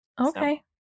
Okay